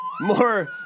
more